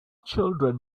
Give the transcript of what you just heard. children